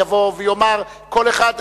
יבוא ויאמר כל אחד,